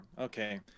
Okay